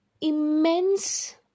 immense